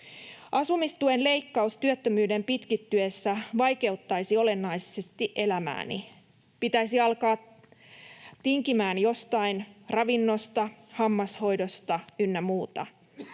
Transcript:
”Asumistuen leikkaus työttömyyden pitkittyessä vaikeuttaisi olennaisesti elämääni. Pitäisi alkaa tinkimään jostain, ravinnosta, hammashoidosta ynnä muuta.